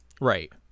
right